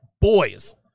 boys